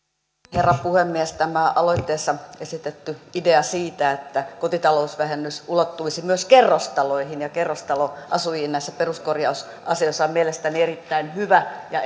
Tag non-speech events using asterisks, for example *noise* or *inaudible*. herra puhemies tämä aloitteessa esitetty idea siitä että kotitalousvähennys ulottuisi myös kerrostaloihin ja kerrostaloasujiin näissä peruskorjausasioissa on mielestäni erittäin hyvä ja *unintelligible*